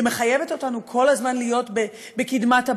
שמחייבת אותנו כל הזמן להיות בקדמת הבמה,